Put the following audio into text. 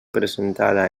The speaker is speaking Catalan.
presentada